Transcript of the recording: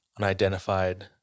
unidentified